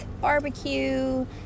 barbecue